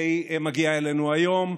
והיא מגיעה אלינו היום.